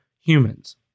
humans